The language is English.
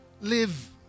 live